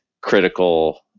critical